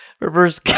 reverse